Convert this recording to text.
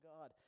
God